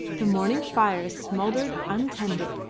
the morning fires smouldered untended,